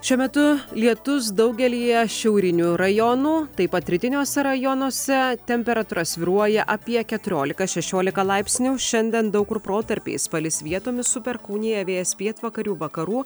šiuo metu lietus daugelyje šiaurinių rajonų taip pat rytiniuose rajonuose temperatūra svyruoja apie keturiolika šešiolika laipsnių šiandien daug kur protarpiais palis vietomis su perkūnija vėjas pietvakarių vakarų